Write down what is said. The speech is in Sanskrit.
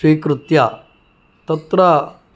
स्वीकृत्य तत्र